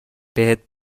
بهت